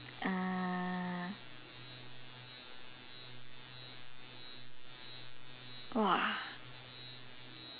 uh !wah!